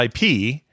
IP